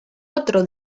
otro